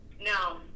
No